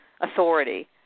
authority